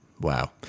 Wow